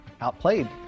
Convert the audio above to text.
outplayed